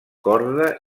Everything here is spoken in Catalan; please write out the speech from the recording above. corda